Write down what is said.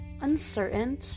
uncertain